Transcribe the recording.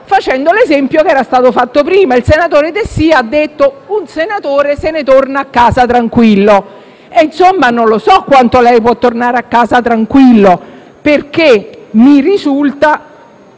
facendo l'esempio che era stato fatto prima. Il senatore Dessì ha detto: un senatore se ne torna a casa tranquillo. Insomma, non lo so quanto lei possa tornare a casa tranquillo, perché mi risulta,